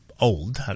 old